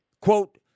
Quote